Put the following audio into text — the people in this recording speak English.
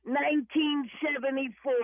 1974